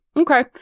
Okay